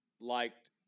liked